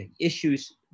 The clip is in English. issues